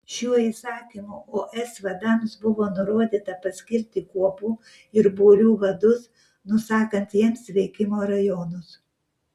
šiuo įsakymu os vadams buvo nurodyta paskirti kuopų ir būrių vadus nusakant jiems veikimo rajonus